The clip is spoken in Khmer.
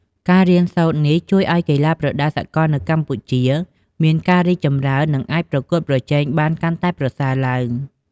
ការរៀនសូត្រនេះជួយឲ្យកីឡាប្រដាល់សកលនៅកម្ពុជាមានការរីកចម្រើន និងអាចប្រកួតប្រជែងបានកាន់តែប្រសើរឡើង។